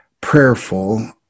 prayerful